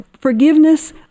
Forgiveness